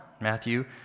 Matthew